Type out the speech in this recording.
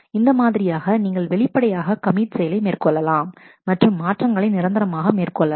இந்த மாதிரியாக நீங்கள் வெளிப்படையாக கமிட் செயலை மேற்கொள்ளலாம் மற்றும் மாற்றங்களை நிரந்தரமாக மேற்கொள்ளலாம்